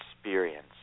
experience